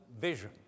vision